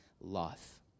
life